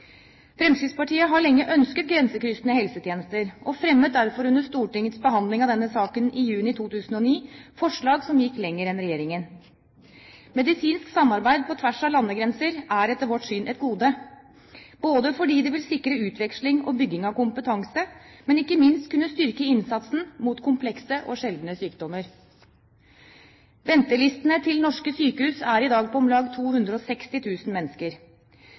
Fremskrittspartiet har lenge ønsket grensekryssende helsetjenester og fremmet derfor under Stortingets behandling av denne saken i juni 2009 forslag som gikk lenger enn regjeringen. Medisinsk samarbeid på tvers av landegrenser er etter vårt syn et gode, ikke bare fordi det vil sikre utveksling og bygging av kompetanse, men ikke minst fordi det vil kunne styrke innsatsen mot komplekse og sjeldne sykdommer. Ventelistene til norske sykehus er i dag på om lag 260 000 mennesker.